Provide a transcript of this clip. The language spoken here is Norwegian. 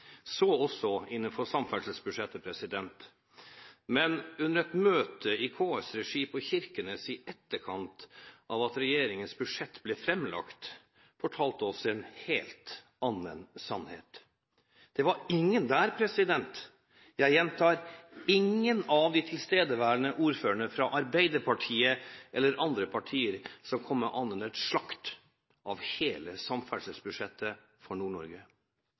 så også innenfor samferdselsbudsjettet. Men under et møte i KS’ regi i Kirkenes i etterkant av at regjeringens budsjett ble framlagt, fortalte de oss en helt annen sannhet. Det var ingen – jeg gjentar: ingen – av de tilstedeværende ordførerne fra Arbeiderpartiet eller andre partier som kom med annet enn slakt av hele samferdselsbudsjettet for